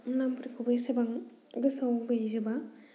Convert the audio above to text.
नामफोरखौबो एसेबां गोसोआव गैजोबा